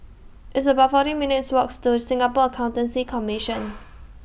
It's about forty minutes' Walk to Singapore Accountancy Commission